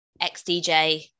ex-dj